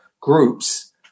groups